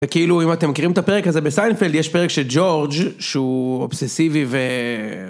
וכאילו אם אתם מכירים את הפרק הזה בסיינפלד יש פרק שג'ורג' שהוא אובססיבי ו...